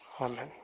Amen